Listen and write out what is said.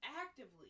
actively